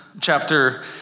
chapter